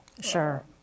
Sure